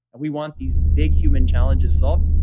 and we want these big human challenges solved?